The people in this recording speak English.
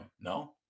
no